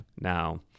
now